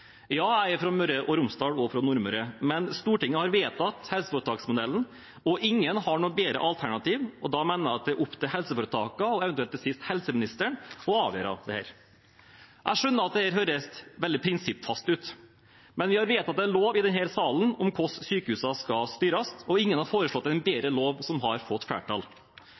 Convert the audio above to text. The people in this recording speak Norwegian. Ja, jeg er fra Møre og Romsdal og fra Nordmøre, men Stortinget har vedtatt helseforetaksmodellen, og ingen har noe bedre alternativ. Da mener jeg det er opp til helseforetakene, og eventuelt til sist helseministeren, å avgjøre dette. Jeg skjønner at det høres veldig prinsippfast ut, men vi har vedtatt en lov i denne sal om hvordan sykehusene skal styres, og ingen har foreslått en bedre lov som har fått flertall.